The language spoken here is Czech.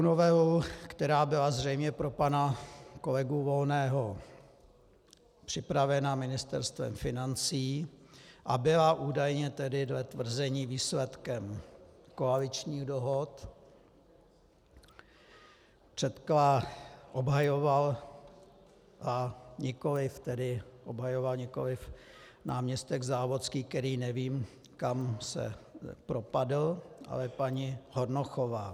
Novelu, která byla zřejmě pro pana kolegu Volného připravena Ministerstvem financí a byla údajně tedy dle tvrzení výsledkem koaličních dohod, obhajoval nikoliv tedy náměstek Závodský, který nevím, kam se propadl, ale paní Hornochová.